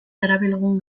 darabilgun